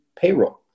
payroll